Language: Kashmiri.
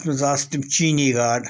اَتھ منٛز آسہٕ تِم چیٖنی گاڈٕ